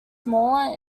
smaller